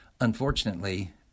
unfortunately